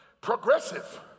progressive